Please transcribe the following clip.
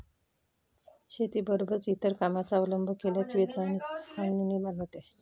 शेतीबरोबरच इतर कामांचा अवलंब केल्यास वेतनाची मागणी निर्माण होते